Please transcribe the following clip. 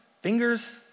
fingers